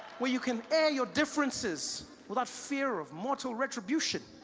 where you can air your differences without fear of mortal retribution